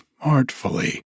artfully